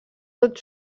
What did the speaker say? tot